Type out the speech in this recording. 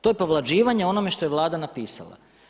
To je povlađivanje onome što je Vlada napisala.